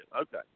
Okay